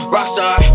Rockstar